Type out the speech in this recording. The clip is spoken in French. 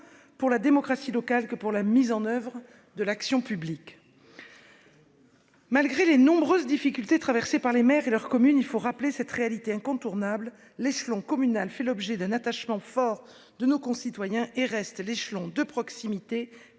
pour la démocratie locale que pour la mise en oeuvre de l'action publique. Malgré les nombreuses difficultés traversées par les maires et leurs communes, il faut rappeler cette réalité incontournable : l'échelon communal fait l'objet d'un attachement fort de nos concitoyens et reste l'échelon de proximité